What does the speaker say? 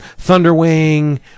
Thunderwing